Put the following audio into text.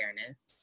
awareness